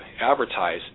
advertise